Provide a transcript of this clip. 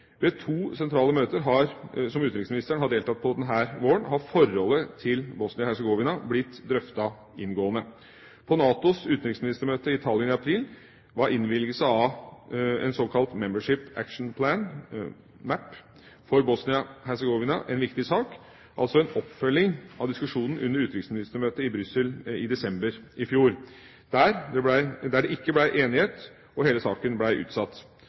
Ved to sentrale møter som utenriksministeren har deltatt på denne våren, har forholdet til Bosnia-Hercegovina blitt drøftet inngående. På NATOs utenriksministermøte i Tallinn i april var innvilgelse av en såkalt Membership Action Plan, MAP, for Bosnia-Hercegovina en viktig sak – altså en oppfølging av diskusjonen under utenriksministermøtet i Brussel i desember i fjor, der det ikke ble enighet og hele saken ble utsatt.